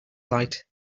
light